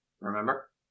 Remember